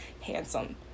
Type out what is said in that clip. handsome